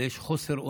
ויש חוסר אונים.